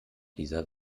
dieser